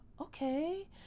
Okay